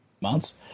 months